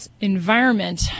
environment